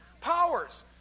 powers